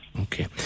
Okay